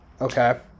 Okay